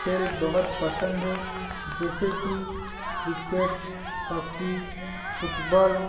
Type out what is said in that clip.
खेल बहुत पसंद है जैसे कि क्रिकेट हॉकी फ़ुटबॉल